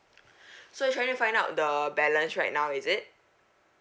so you trying to find out the balance right now is it